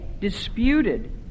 disputed